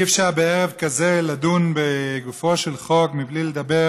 אי-אפשר בערב כזה לדון בגופו של חוק בלי לדבר